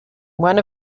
one